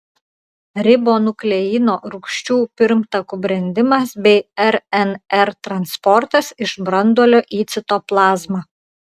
ribonukleino rūgščių pirmtakų brendimas bei rnr transportas iš branduolio į citoplazmą